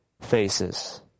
faces